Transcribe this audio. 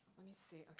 let me see,